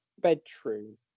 bedroom